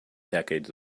decades